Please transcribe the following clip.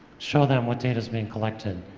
show them what data's being collected